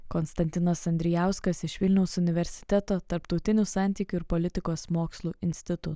konstantinas andrijauskas iš vilniaus universiteto tarptautinių santykių ir politikos mokslų instituto